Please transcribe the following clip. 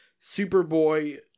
Superboy